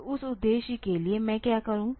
तो उस उद्देश्य के लिए मैं क्या करूं